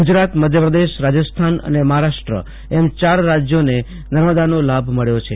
ગુજરાત મધ્યપ્રદેશ રાજસ્થાન અને મહારાષ્ટ્ર એમ ચાર રાજ્યોને નર્મદાનો લાભ મળ્યો છે